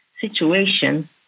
situation